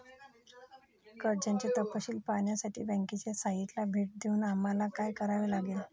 कर्जाचे तपशील पाहण्यासाठी बँकेच्या साइटला भेट देऊन आम्हाला काय करावे लागेल?